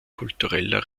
kultureller